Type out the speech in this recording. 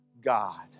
God